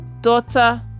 Daughter